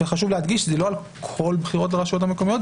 חשוב להדגיש שזה לא על כל בחירות לרשויות המקומיות,